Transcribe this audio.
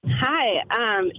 Hi